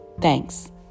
Thanks